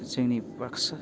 जोंनि बाक्सा